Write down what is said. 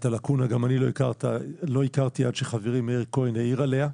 את הלאקונה גם אני לא הכרתי עד שחברי מאיר כהן העיר עליה,